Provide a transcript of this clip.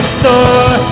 store